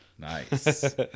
Nice